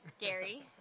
Gary